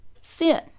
sin